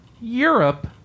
Europe